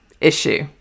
issue